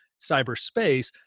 cyberspace